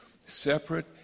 separate